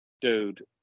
dude